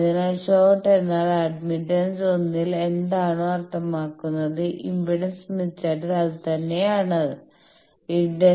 അതിനാൽ ഷോർട്ട് എന്നാൽ അഡ്മിറ്റൻസ് 1 ൽ എന്താണോ അർത്ഥമാക്കുന്നത് ഇംപെഡൻസ് സ്മിത്ത് ചാർട്ടിൽ അതുതന്നെ ആണ്